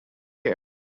here